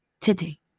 today